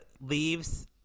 leaves